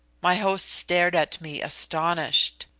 my host stared at me astonished.